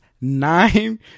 nine